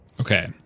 Okay